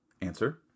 Answer